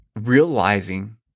realizing